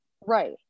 Right